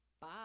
Bye